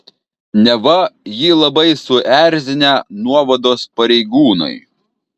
neva jį labai suerzinę nuovados pareigūnai